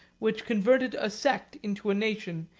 which converted a sect into a nation,